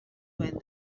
when